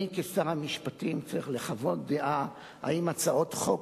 אני, כשר המשפטים, צריך לחוות דעה אם הצעות חוק